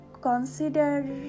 consider